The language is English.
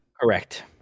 Correct